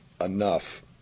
enough